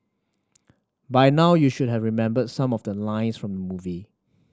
by now you should have remembered some of the lines from the movie